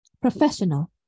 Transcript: Professional